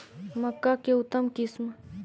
मक्का के उतम किस्म?